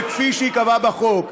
וכפי שייקבע בחוק.